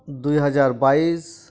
ᱫᱩᱭ ᱦᱟᱡᱟᱨ ᱵᱟᱭᱤᱥ